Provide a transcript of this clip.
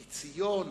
כי ציון